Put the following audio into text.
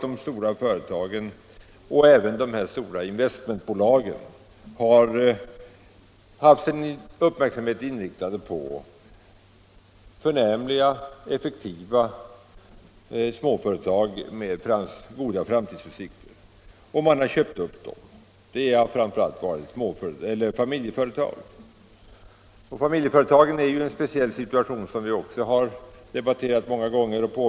De stora företagen och även de stora investmentbolagen har haft sin uppmärksamhet riktad mot förnämliga, effektiva småföretag med goda framtidsutsikter och köpt upp dem. Det har framför allt gällt familjeföretag. De är ju i en speciell situation som vi också har debatterat många gånger.